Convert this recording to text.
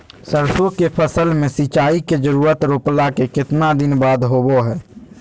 सरसों के फसल में सिंचाई के जरूरत रोपला के कितना दिन बाद होबो हय?